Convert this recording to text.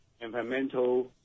environmental